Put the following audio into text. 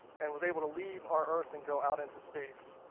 and was able to leave our earth and go out into space,